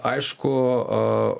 aišku a